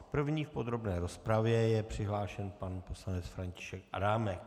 První v podrobné rozpravě je přihlášen pan poslanec František Adámek.